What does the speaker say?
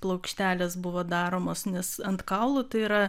plokštelės buvo daromos nes ant kaulų tai yra